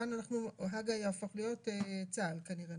כאן הג"א יהפוך להיות צה"ל כנראה.